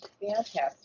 Fantastic